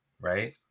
right